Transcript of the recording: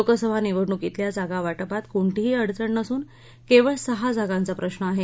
लोकसभा निवडणुकीतल्या जागा वाटपात कोणतीही अडचण नसून केवळ सहा जागांचा प्रश्न आहे